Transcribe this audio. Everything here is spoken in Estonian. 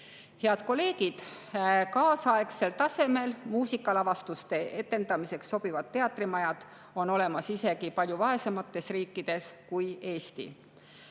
kolleegid! Kaasaegsel tasemel muusikalavastuste etendamiseks sobivad teatrimajad on olemas isegi palju vaesemates riikides kui Eesti.